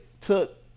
took